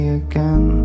again